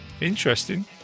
interesting